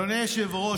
אדוני היושב-ראש,